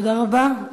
תודה רבה.